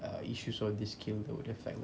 uh issues of this kill would have like